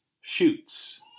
Shoots